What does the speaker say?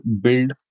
build